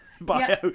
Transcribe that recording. bio